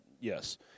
yes